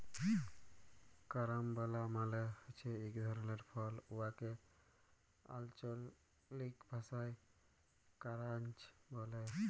carambola মালে হছে ইক ধরলের ফল উয়াকে আল্চলিক ভাষায় কারান্চ ব্যলে